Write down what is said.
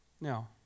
Now